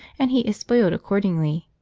and he is spoiled accordingly.